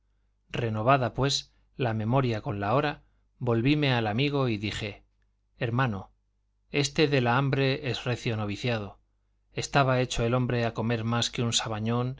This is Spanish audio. renovada pues la memoria con la hora volvíme al amigo y dije hermano este de la hambre es recio noviciado estaba hecho el hombre a comer más que un sabañón